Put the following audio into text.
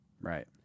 Right